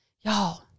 y'all